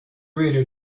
reader